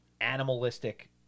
animalistic